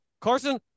Carson